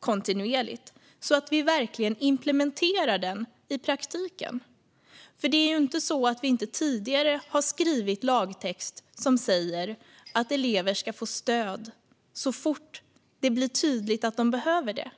kontinuerligt så att vi verkligen implementerar den i praktiken. Det är ju inte så att vi inte tidigare har skrivit lagtext som säger att elever ska få stöd så fort det blir tydligt att de behöver det.